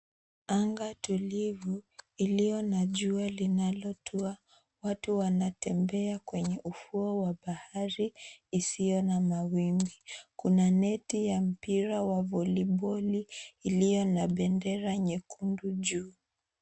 Anga tulivu iliyo na jua linalotua. Watu wanatembea kwenye ufuo wa bahari isiyo na mawimbi. Kuna neti ya mpira wa voliboli iliyo na bendera nyekundu juu.